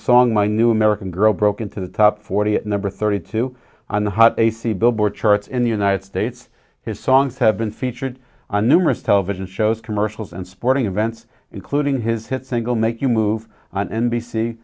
song my new american girl broke into the top forty at number thirty two on the hot ac billboard charts in the united states his songs have been featured on numerous television shows commercials and sporting events including his hit single make you move on n